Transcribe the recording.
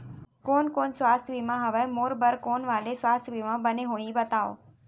कोन कोन स्वास्थ्य बीमा हवे, मोर बर कोन वाले स्वास्थ बीमा बने होही बताव?